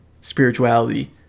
spirituality